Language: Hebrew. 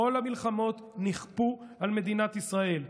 כל המלחמות נכפו על מדינת ישראל,